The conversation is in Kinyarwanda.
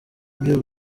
ibyo